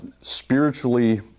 spiritually